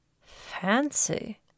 Fancy